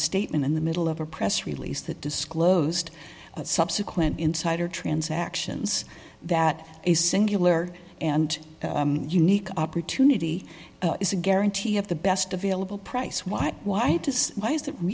statement in the middle of a press release that disclosed subsequent insider transactions that a singular and unique opportunity is a guarantee of the best available price why why does why is that we